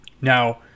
Now